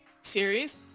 series